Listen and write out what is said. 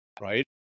right